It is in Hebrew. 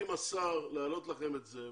אבל אני דיברתי עם השר להעלות לכם את זה,